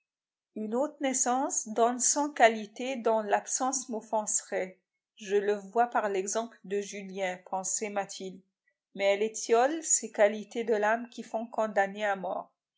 une haute naissance donne cent qualités dont l'absence m'offenserait je le vois par l'exemple de julien pensait mathilde mais elle étiole ces qualités de l'âme qui font condamner à mort